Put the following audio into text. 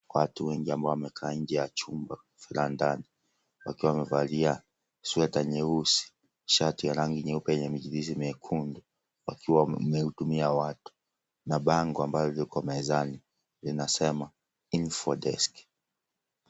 Watu wengi ambao wamekaa nje ya chumba la ndani wakiwa wamevalia sweta nyeusi, shati ya rangi nyeupe yenye michirizi miekundu. Wakiwa wanahudumia watu. Na bango ambalo liko mezani linasema infop desk .